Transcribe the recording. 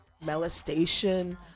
molestation